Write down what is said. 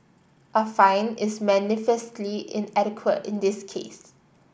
a fine is manifestly inadequate in this case